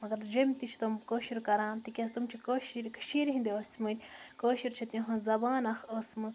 مگر جوٚمہِ تہِ چھِ تِم کٲشُر کَران تِکیٛازِ تِم چھِ کٲشِرۍ کٔشیٖرِ ہنٛدۍ ٲسۍ مِتۍ کٲشُر چھِ تہنٛز زَبان اَکھ ٲسمٕژ